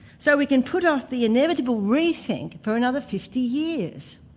so we can put off the inevitable re-think for another fifty years,